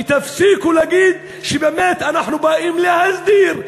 ותפסיקו להגיד שבאמת אנחנו באים להסדיר.